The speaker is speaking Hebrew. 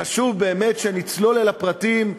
חשוב באמת שנצלול אל הפרטים,